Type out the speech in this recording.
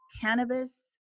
cannabis